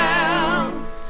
else